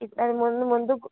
ఇట్లా ముందు ముందుకు